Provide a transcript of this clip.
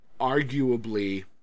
arguably